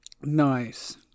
nice